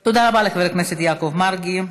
תודה רבה לחבר הכנסת יעקב מרגי.